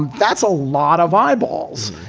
and that's a lot of eyeballs.